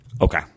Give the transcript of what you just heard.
okay